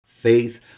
Faith